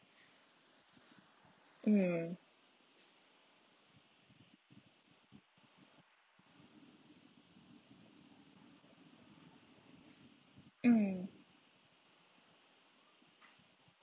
mm mm